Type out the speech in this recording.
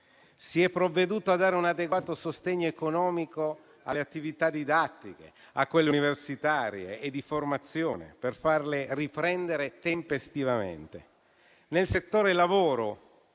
Si è provveduto a dare un adeguato sostegno economico alle attività didattiche, a quelle universitarie e di formazione, per farle riprendere tempestivamente. Nel settore lavoro